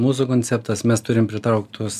mūsų konceptas mes turim pritraukt tuos